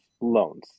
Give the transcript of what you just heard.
loans